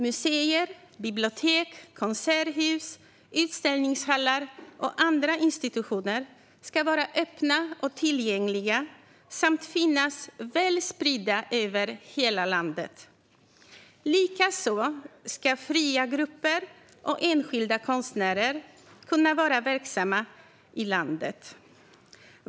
Museer, bibliotek, konserthus, utställningshallar och andra institutioner ska vara öppna och tillgängliga samt finnas väl spridda över hela landet. Likaså ska fria grupper och enskilda konstnärer kunna vara verksamma i landet.